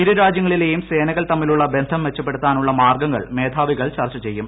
ഇരുരാജ്യങ്ങളിലേയും സേനകൾ തമ്മിലുള്ള ബന്ധം മെച്ചപ്പെടുത്താനുള്ള മാർഗ്ഗങ്ങൾ മേധാവികൾ ചർച്ച ചെയ്യും